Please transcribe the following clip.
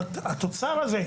התוצר הזה,